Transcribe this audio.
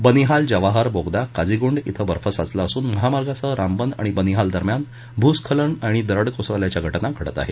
बनिहाल जवाहर बोगदा काझीगुंड क्वं बर्फ साचला असून महामार्गासह रामबन आणि बनिहाल दरम्यान भूस्खलन आणि दरड कोसळल्याच्या घटना घडत आहेत